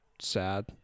sad